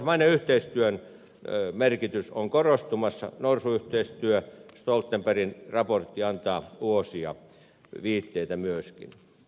pohjoismaisen yhteistyön merkitys on korostumassa norsu yhteistyö stoltenbergin raportti antaa uusia viitteitä myöskin